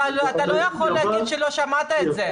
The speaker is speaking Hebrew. אתה לא יכול להגיד שלא שמעת את זה.